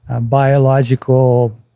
biological